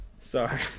Sorry